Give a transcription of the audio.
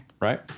right